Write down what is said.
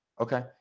Okay